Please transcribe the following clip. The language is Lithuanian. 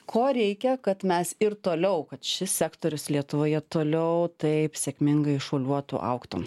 ko reikia kad mes ir toliau kad šis sektorius lietuvoje toliau taip sėkmingai šuoliuotų augtų